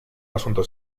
asunto